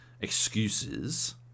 excuses